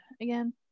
again